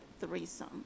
threesome